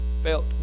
Felt